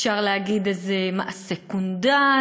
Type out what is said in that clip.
אפשר להגיד: מעשי קונדס,